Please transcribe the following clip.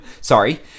Sorry